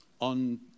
on